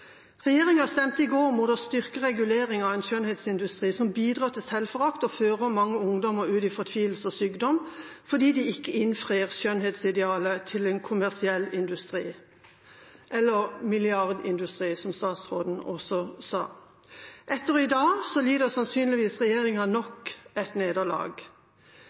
Regjeringa stemte i går mot å styrke reguleringen av en skjønnhetsindustri som bidrar til selvforakt og fører mange ungdommer ut i fortvilelse og sykdom fordi de ikke innfrir skjønnhetsidealet til en kommersiell industri – eller milliardindustri, som statsråden også sa. I dag lider sannsynligvis regjeringa nok et nederlag.